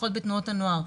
לפחות בתנועות הנוער,